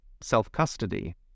self-custody